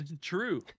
True